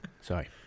Sorry